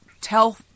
tell